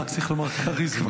רק צריך לומר כָּריזמה.